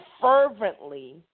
fervently